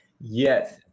yes